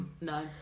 No